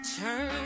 turn